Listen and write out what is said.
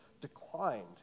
declined